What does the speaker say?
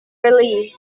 relieved